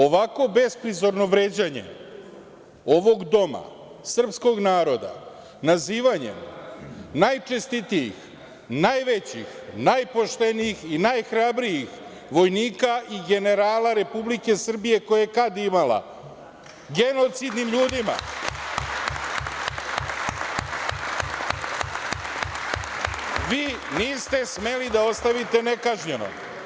Ovako besprizorno vređanje ovog doma, srpskog naroda, nazivanjem najčestitijih, najvećih, najpoštenijih i najhrabrijih vojnika i generala Republike Srbije koje je ikad imala genocidnim ljudima, vi niste smeli da ostavite nekažnjeno.